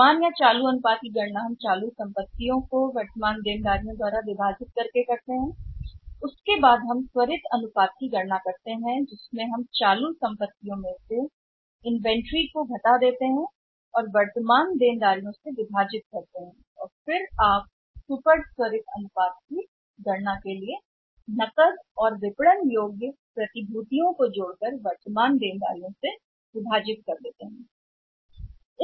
वर्तमान अनुपात जब हम वर्तमान देनदारियों द्वारा विभाजित कॉल करंट एसेट्स के साथ गणना करते हैं हम उस त्वरित अनुपात की गणना करते हैं जिसे हम वर्तमान संपत्ति ऋण सूची और वर्तमान द्वारा विभाजित करते हैं देनदारियां और फिर आप त्वरित अनुपात में नकदी के साथ साथ विपणन योग्य प्रतिभूतियों को ले जाते हैं वर्तमान देनदारियों द्वारा सही